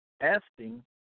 asking